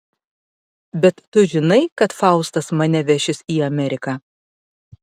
bet tu žinai kad faustas mane vešis į ameriką